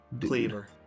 cleaver